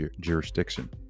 jurisdiction